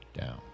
down